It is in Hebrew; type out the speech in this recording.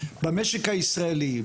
במשק הישראלי,